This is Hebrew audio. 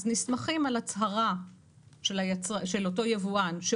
אז נסמכים על הצהרה של אותו יבואן שהוא